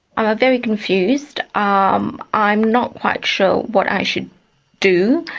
i'm very confused. ah um i'm not quite sure what i should do.